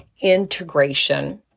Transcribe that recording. integration